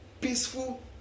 peaceful